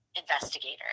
investigator